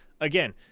again